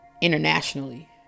internationally